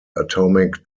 atomic